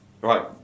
right